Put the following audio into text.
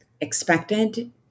expected